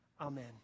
Amen